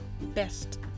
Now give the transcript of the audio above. best